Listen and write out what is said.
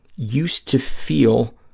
used to feel